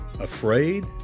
Afraid